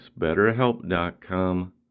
BetterHelp.com